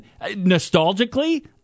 nostalgically